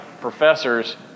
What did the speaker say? professors